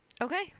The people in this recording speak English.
Okay